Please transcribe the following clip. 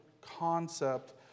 concept